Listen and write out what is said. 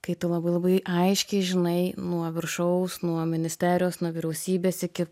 kai tu labai labai aiškiai žinai nuo viršaus nuo ministerijos nuo vyriausybės iki